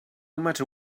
matter